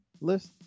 list